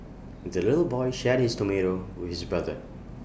the little boy shared his tomato with his brother